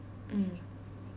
mm